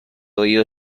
ohio